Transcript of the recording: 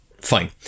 fine